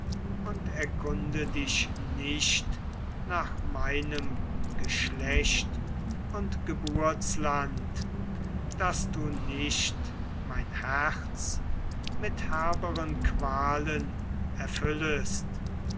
und erkunde dich nicht nach meinem geschlecht und geburtsland daß du nicht mein herz mit herberen qualen erfüllest